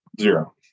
zero